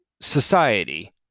society